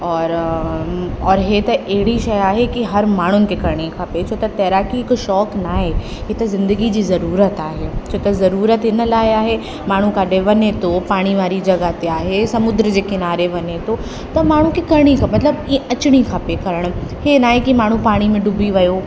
और इहे त अहिड़ी शइ आहे कि हर माण्हुनि खे करिणी खपे छो त तैराकी हिकु शौक़ु न आहे इहे त ज़िंदगी जी ज़रूरत आहे छो त ज़रूरत हिन लाइ आहे माण्हू काॾहें वञे थो पाणी वारी जॻह ते आहे समुंद्र जे किनारे वञे थो त माण्हूअ खे करिणी ख मतलबु इअं न अचिणी खपे करण इहे न आहे कि माण्हू पाणी में डुबी वियो